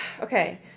Okay